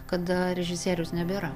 kada režisieriaus nebėra